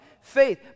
faith